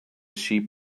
sheep